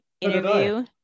interview